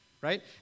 right